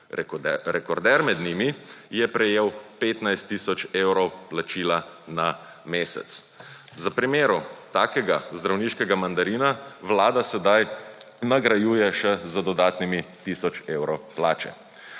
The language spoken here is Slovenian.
Rekorder med njimi je prejel 15 tisoč evrov plačila na mesec. V primeru takega zdravniškega mandarina Vlada sedaj nagrajuje še z dodatnimi tisoč evrov plače.